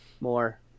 more